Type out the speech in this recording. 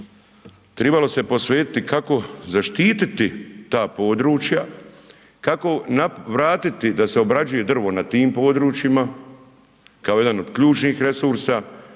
tribalo se posvetiti kako zaštititi ta područja, kako vratiti da se obrađuje drvo na tim područjima, kao jedan od ključnih resursa,